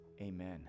Amen